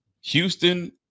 houston